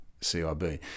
CIB